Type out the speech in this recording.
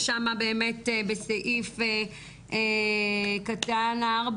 ששמה באמת בסעיף קטן 4,